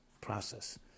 process